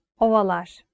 Ovalar